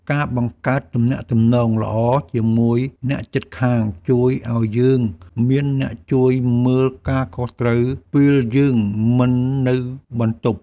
ការបង្កើតទំនាក់ទំនងល្អជាមួយអ្នកជិតខាងជួយឱ្យយើងមានអ្នកជួយមើលការខុសត្រូវពេលយើងមិននៅបន្ទប់។